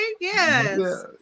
Yes